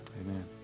amen